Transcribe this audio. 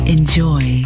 Enjoy